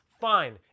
fine